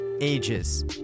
ages